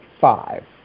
five